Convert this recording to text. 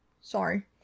sorry